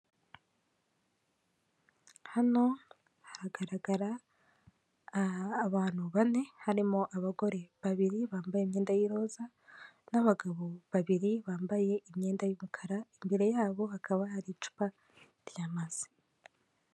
Hano hagaragara abantu bane harimo abagore babiri bambaye imyenda y'iroza, n'abagabo babiri bambaye imyenda y'umukara imbere yabo hakaba hari icupa ryamazi.